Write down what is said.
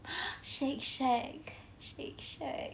Shake Shack Shake Shack